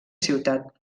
ciutat